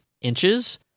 inches